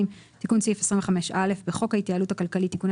תיקון סעיף 25א בחוק ההתייעלות הכלכלית (תיקוני